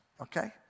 okay